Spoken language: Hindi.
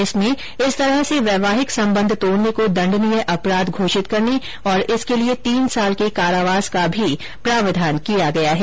इसमें इस तरह से वैवाहिक संबंध तोड़ने को दंडनीय अपराध घोषित करने तथा इसके लिए तीन साल के कारावास का भी प्रावधान किया गया है